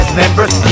members